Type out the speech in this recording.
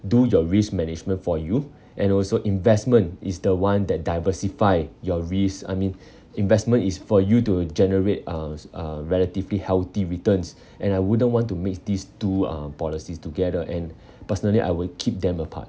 do your risk management for you and also investment is the one that diversify your risk I mean investment is for you to generate uh uh relatively healthy returns and I wouldn't want to mix these two uh policies together and personally I would keep them apart